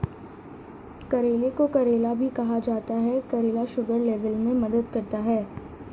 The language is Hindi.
करेले को करेला भी कहा जाता है करेला शुगर लेवल में मदद करता है